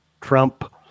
Trump